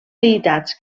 deïtats